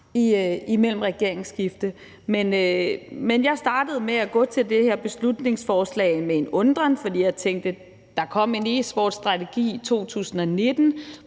ved et regeringsskifte. Men jeg startede med at gå til det her beslutningsforslag med en undren, fordi jeg tænkte: Der kom en e-sportsstrategi i 2019,